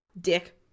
Dick